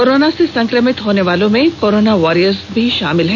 corona से संक्रमित होने वालों में कोरोना वारियर्स भी शामिल हैं